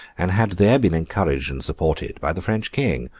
and had there been encouraged and supported by the french king.